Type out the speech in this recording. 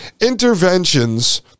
Interventions